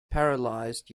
paralyzed